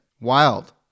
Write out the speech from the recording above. wild